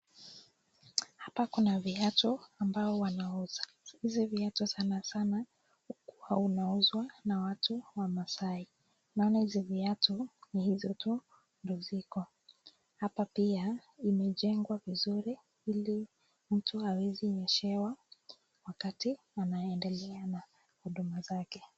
Hapa kuna viatu ambao wanauza. Hizi viatu sana sana huwa wanauuzwa na watu wa Maasai. Naona hizi viatu ni hizo tu ndio ziko. Hapa pia imejengwa vizuri ili mtu hawezi nyeshewa wakati anaendelea na huduma zake.